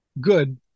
good